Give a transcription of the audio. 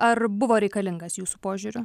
ar buvo reikalingas jūsų požiūriu